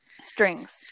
strings